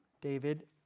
David